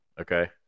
Okay